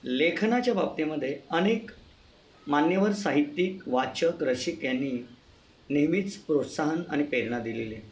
लेखनाच्या बाबतीमध्ये अनेक मान्यवर साहित्यिक वाचक रसिक यांनी नेहमीच प्रोत्साहन आणि प्रेरणा दिलेले आहे